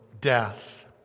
death